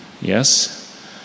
yes